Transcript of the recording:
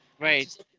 Right